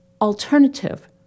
alternative